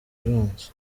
ibanza